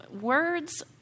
words